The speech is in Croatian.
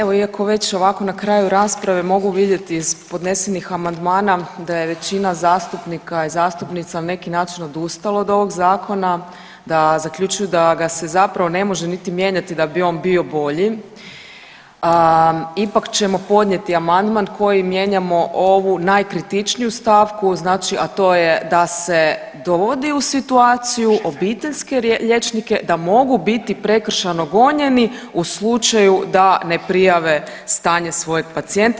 Evo iako već ovako na kraju rasprave mogu vidjeti iz podnesenih amandmana da je većina zastupnika i zastupnica na neki način odustalo od ovog zakona, da zaključuju da ga se zapravo ne može niti mijenjati da bi on bio bolji ipak ćemo podnijeti amandman kojim mijenjamo ovu najkritičniju stavku, znači a to je da se dovodi u situaciju obiteljske liječnike da mogu biti prekršajno gonjeni u slučaju da ne prijave stanje svojeg pacijenta.